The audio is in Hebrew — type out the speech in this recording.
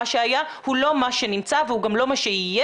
מה שהיה הוא לא מה שנמצא והוא גם לא מה שיהיה,